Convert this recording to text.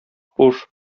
хуш